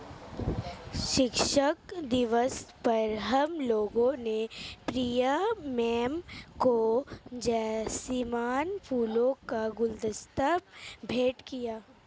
शिक्षक दिवस पर हम लोगों ने प्रिया मैम को जैस्मिन फूलों का गुलदस्ता भेंट किया